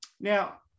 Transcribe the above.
Now